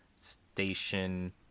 Station